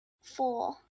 Four